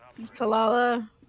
Kalala